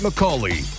McCauley